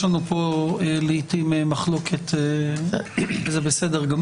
יש לנו פה לעיתים מחלוקת, וזה בסדר גמור.